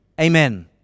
Amen